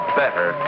better